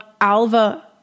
Alva